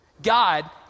God